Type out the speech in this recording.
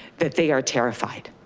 that they are terrified.